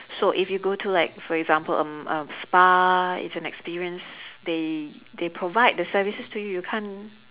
so if you go to like for example um a spa it's an experience they they provide the services to you you can't